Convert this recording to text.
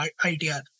ITR